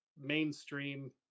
mainstream